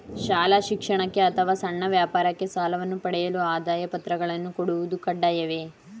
ಶಾಲಾ ಶಿಕ್ಷಣಕ್ಕೆ ಅಥವಾ ಸಣ್ಣ ವ್ಯಾಪಾರಕ್ಕೆ ಸಾಲವನ್ನು ಪಡೆಯಲು ಆದಾಯ ಪತ್ರಗಳನ್ನು ಕೊಡುವುದು ಕಡ್ಡಾಯವೇ?